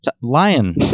lion